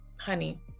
honey